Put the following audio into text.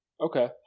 Okay